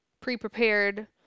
pre-prepared